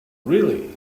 really